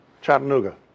Chattanooga